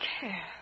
care